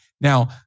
Now